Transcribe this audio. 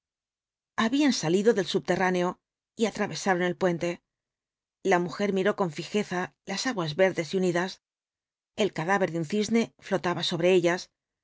habían salido del subterráneo y atravesaron el puente la mujer miró con fijeza las aguas verdes y unidas el cadáver de un cisne flotaba sobre ellas